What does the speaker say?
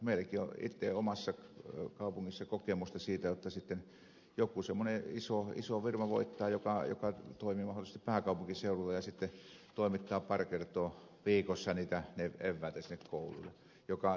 meilläkin on omassa kaupungissani kokemusta siitä jotta sitten joku semmoinen iso firma voittaa joka toimii mahdollisesti pääkaupunkiseudulla ja toimittaa pari kertaa viikossa niitä eväitä koululle